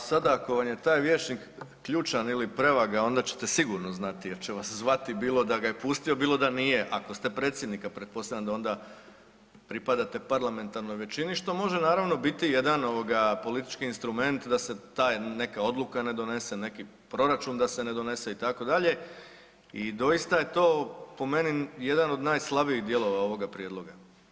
Pa sada ako vam je taj vijećnik ključan ili prevaga onda ćete sigurno znati jer će vas zvati bilo da ga pustio, bilo da nije ako ste predsjednik, a pretpostavljam da onda pripadate parlamentarnoj većini što može naravno biti jedan politički instrument da se taj neka odluka ne donese, neki proračun da se ne donese itd., i doista je to po meni jedan od najslabijih dijelova ovoga prijedloga.